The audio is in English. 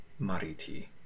mariti